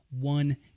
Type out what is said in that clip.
one